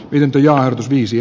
lintuja on viisi